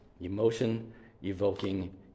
emotion-evoking